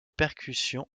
percussions